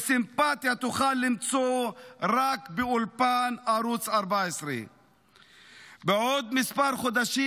וסימפתיה תוכל למצוא רק באולפן ערוץ 14. בעוד כמה חודשים